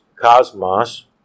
cosmos